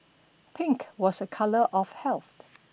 pink was a colour of health